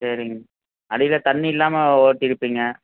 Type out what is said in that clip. சரிங்க அடியில தண்ணி இல்லாமா ஓட்டி இருப்பீங்க